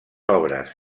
obres